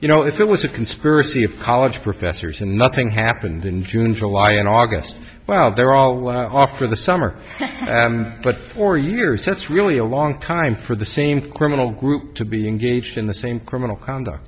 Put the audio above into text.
you know if it was a conspiracy of college professors and nothing happened in june july and august well they're all hopped for the summer but for years that's really a long time for the same criminal group to be engaged in the same criminal conduct